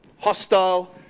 hostile